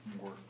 more